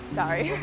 sorry